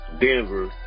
Denver